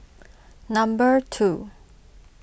number two